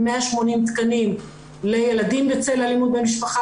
עם 180 תקנים לילדים בצל אלימות במשפחה,